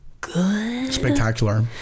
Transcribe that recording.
Spectacular